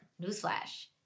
newsflash